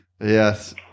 Yes